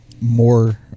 more